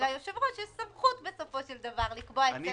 ליושב-ראש יש סמכות בסופו של דבר לקבוע את סדר-היום.